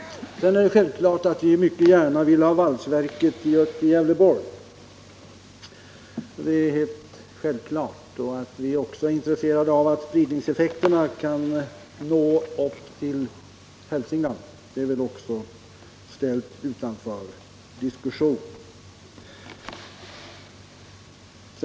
Sedan är det helt självklart att vi mycket gärna vill ha valsverket till Gävleborg. Att vi är intresserade av att spridningseffekterna kan nå upp till Hälsingland är väl också ställt utom diskussion.